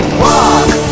walk